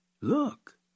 look